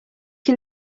can